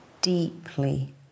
deeply